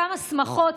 כמה שמחות,